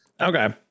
Okay